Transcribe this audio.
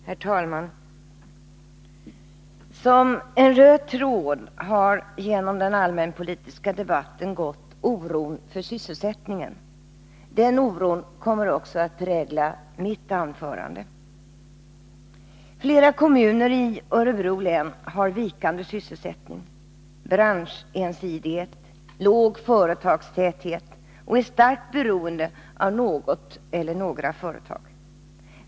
Herr talman! Som en röd tråd har genom den allmänpolitiska debatten gått oron för sysselsättningen. Den oron kommer också att prägla mitt anförande. Flera kommuner i Örebro län har vikande sysselsättning, branschensidighet, låg företagstäthet och ett starkt beroende av något eller några företag.